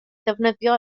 ddefnyddio